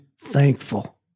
thankful